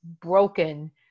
broken